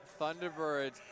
Thunderbirds